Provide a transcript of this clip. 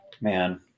man